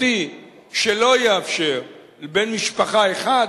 חקיקתי שלא יאפשר לבן משפחה אחד